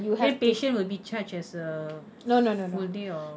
abeh patient will be charged as a full day or